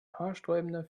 haarsträubender